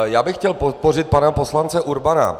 Já bych chtěl podpořit pana poslance Urbana.